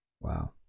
Wow